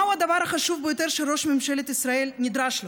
מהו הדבר החשוב ביותר שראש ממשלת ישראל נדרש לו?